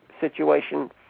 situation